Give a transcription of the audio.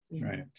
Right